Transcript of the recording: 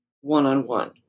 one-on-one